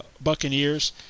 Buccaneers